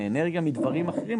אנרגיה ודברים אחרים.